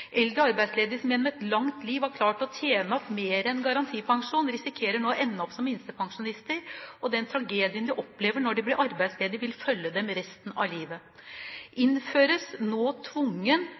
Eldre arbeidsledige som gjennom et langt liv har klart å tjene opp mer enn garantipensjon, risikerer nå å ende opp som minstepensjonister, og den tragedien de opplever når de blir arbeidsledige, vil følge dem resten av livet. Innføres nå tvungen